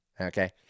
Okay